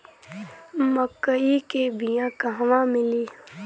मक्कई के बिया क़हवा मिली?